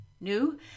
new